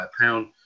pound